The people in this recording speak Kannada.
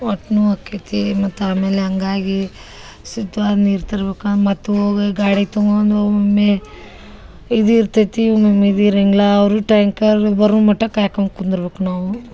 ಹೊಟ್ ನೋವು ಆಕೈತಿ ಮತ್ತು ಆಮೇಲೆ ಹಂಗಾಗಿ ಶುದ್ವಾದ ನೀರು ತರ್ಬೇಕು ಮತ್ತು ಹೋಗೋಗ್ ಗಾಡಿ ತೊಗೊಂಡ್ ಒಮ್ಮೊಮ್ಮೆ ಇದು ಇರ್ತೈತಿ ಒಮ್ಮೊಮ್ಮೆ ಇದು ಇರಂಗಿಲ್ಲ ಅವರು ಟ್ಯಾಂಕರ್ ಬರೋ ಮಟ ಕಾಯ್ಕೊಂಡ್ ಕುಂದರ್ಬೇಕು ನಾವು